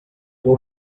will